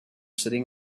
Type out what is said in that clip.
sitting